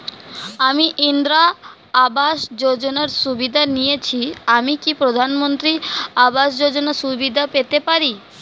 আমি ইন্দিরা আবাস যোজনার সুবিধা নেয়েছি আমি কি প্রধানমন্ত্রী আবাস যোজনা সুবিধা পেতে পারি?